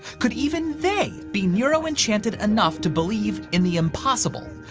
could even they be neuro and chanted enough to believe in the impossible,